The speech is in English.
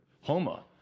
Homa